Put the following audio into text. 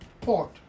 port